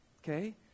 Okay